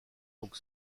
donc